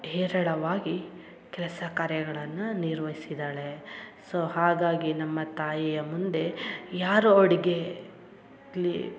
ಹೇರಳವಾಗಿ ಕೆಲಸ ಕಾರ್ಯಗಳನ್ನ ನಿರ್ವಹಿಸಿದ್ದಾಳೆ ಸೊ ಹಾಗಾಗಿ ನಮ್ಮ ತಾಯಿಯ ಮುಂದೆ ಯಾರೋ ಅಡುಗೆ ತ್ಲಿ